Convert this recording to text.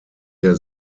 der